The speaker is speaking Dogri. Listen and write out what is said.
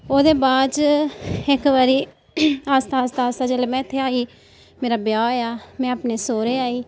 ओह्दे बाच इक्क बारी आस्ता आस्ता आस्ता जिसलै मैं इत्थै आई मेरा ब्याह् होएआ मैं अपने सौह्रे आई